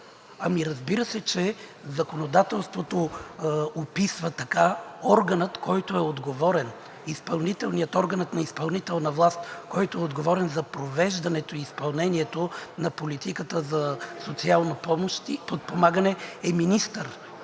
Ами, разбира се, че законодателството описва така органа, който е отговорен. Органът на изпълнителната власт, който е отговорен за провеждането и изпълнението на политиката за социална помощ и подпомагане, е министърът,